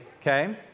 Okay